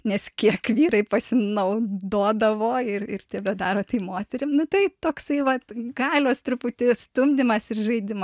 nes kiek vyrai pasinaudodavo ir tebedaro tai moterim nu tai toksai va galios truputį stumdymas ir žaidimai